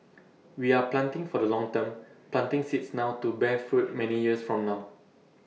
we are planting for the long term planting seeds now to bear fruit many years from now